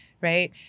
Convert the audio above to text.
Right